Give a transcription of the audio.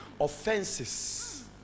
offenses